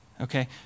Okay